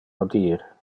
audir